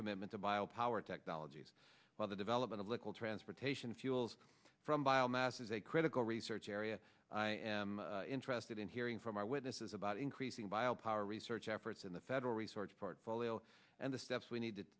commitment to bio powered technologies while the development of local transportation fuels from biomass is a critical research area i am interested in hearing from eyewitnesses about increasing bio power research efforts in the federal research part for oil and the steps we need to